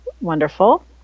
Wonderful